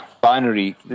binary